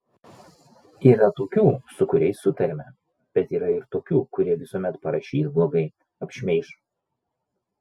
yra tokių su kuriais sutariame bet yra ir tokių kurie visuomet parašys blogai apšmeiš